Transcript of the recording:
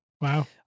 Wow